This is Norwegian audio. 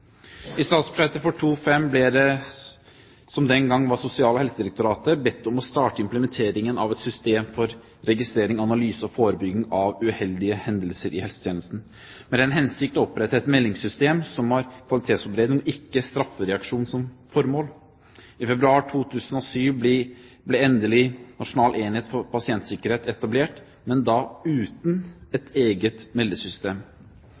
I statsbudsjettet for 2005 ble det som den gang var Sosial- og helsedirektoratet bedt om å starte implementeringen av et system for registrering, analyse og forebygging av uheldige hendelser i helsetjenesten, i den hensikt å opprette et meldingssystem som har kvalitetsforbedring, og ikke straffereaksjon, som formål. I februar 2007 ble endelig Nasjonal enhet for pasientsikkerhet etablert, men da uten et eget meldesystem.